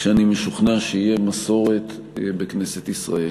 שאני משוכנע שיהיה מסורת בכנסת ישראל,